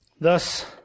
Thus